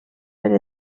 per